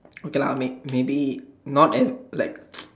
okay lah may maybe not ev like